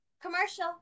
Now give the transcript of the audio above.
Commercial